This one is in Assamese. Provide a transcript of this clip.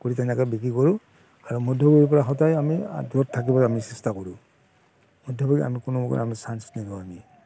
কৰি তেনেকৈ বিক্ৰী কৰোঁ আৰু মধ্যভোগীৰ পৰা সদায় আমি আঁতৰত থাকিব চেষ্টা কৰোঁ মধ্যভোগীক আমি কোনো আমি চাঞ্চ নিদিওঁ আমি